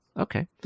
Okay